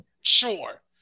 sure